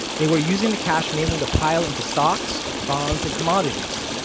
they were using the cash mainly to pile into stocks, bonds, and commodities.